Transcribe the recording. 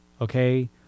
okay